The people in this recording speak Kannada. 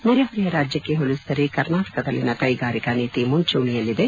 ನೆರೆಹೊರೆಯ ರಾಜ್ಯಕ್ಕೆ ಹೋಲಿಸಿದರೆ ಕರ್ನಾಟಕದಲ್ಲಿನ ಕೈಗಾರಿಕಾ ನೀತಿ ಮುಂಚೂಣಿಯಲ್ಲಿದೆ